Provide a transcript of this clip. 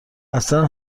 اصلن